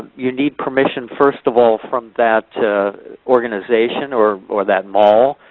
you need permission first of all from that organization, or or that mall,